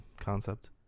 concept